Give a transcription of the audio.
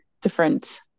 different